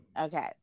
Okay